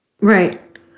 Right